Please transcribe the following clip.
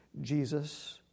Jesus